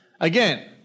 Again